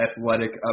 athletic